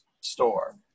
store